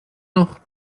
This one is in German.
noch